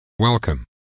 Welcome